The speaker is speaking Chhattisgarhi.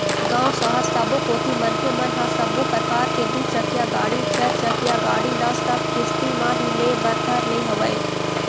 गाँव, सहर सबो कोती मनखे मन ह सब्बो परकार के दू चकिया गाड़ी, चारचकिया गाड़ी ल सब किस्ती म ही ले बर धर ले हवय